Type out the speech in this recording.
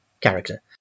character